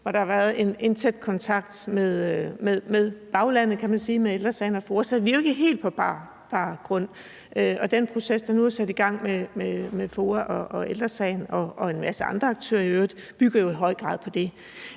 og der har været en tæt kontakt med baglandet, kan man sige, med Ældre Sagen ogFOA, så vi er jo ikke på helt bar bund. Den proces, der nu er sat i gang med FOA, Ældre Sagen og en masse andre aktører i øvrigt, bygger jo i høj grad på det.